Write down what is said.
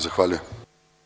Zahvaljujem.